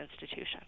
institution